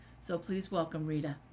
so please welcome rita.